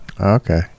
okay